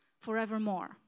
forevermore